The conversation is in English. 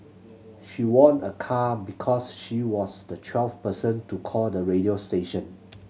she won a car because she was the twelfth person to call the radio station